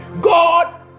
God